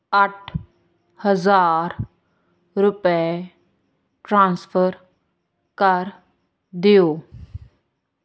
ਅੱਠ ਹਜ਼ਾਰ ਰੁਪਏ ਟ੍ਰਾਂਸਫਰ ਕਰ ਦਿਓ